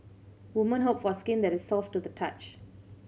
woman hope for skin that is soft to the touch